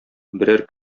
берәр